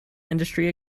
industry